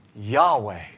Yahweh